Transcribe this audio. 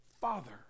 Father